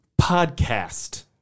podcast